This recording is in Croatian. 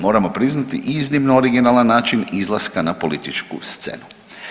Moramo priznati iznimno originalan način izlaska na političku scenu.